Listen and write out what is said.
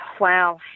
wow